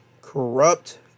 corrupt